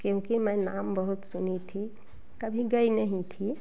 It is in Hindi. क्योंकि मैं नाम बहुत सुनी थी कभी गई नहीं थी